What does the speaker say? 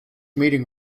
meeting